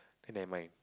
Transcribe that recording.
then never mind